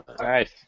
Nice